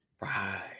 Right